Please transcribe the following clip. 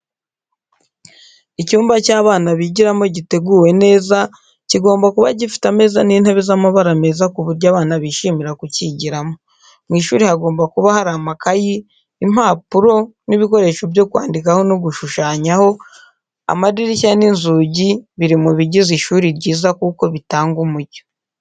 Icyumba cy'abana bigiramo giteguwe neza, kigomba kuba gifite ameza n'intebe z'amabara meza ku buryo abana bishimira kucyigiramo. Mu ishuri hagomba kuba hari amakayi, impapuro n'ibikoresho byo kwandikaho no gushushanyaho, amadirishya n'inzugi biri mu bigize ishuri ryiza kuko bitanga umucyo.